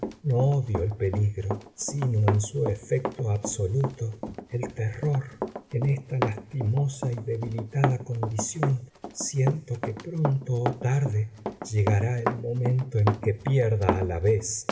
no odio el peligro sino en su efecto absoluto el terror en esta lastimosa y debilitada condición siento que pronto o tarde llegará el momento en que pierda a la vez